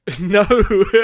No